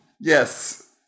Yes